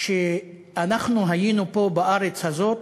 כשאנחנו היינו פה בארץ הזאת,